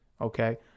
Okay